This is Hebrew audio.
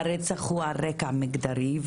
והרצח הוא על רקע מגדרי.